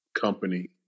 company